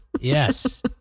Yes